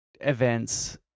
events